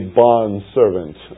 bondservant